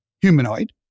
humanoid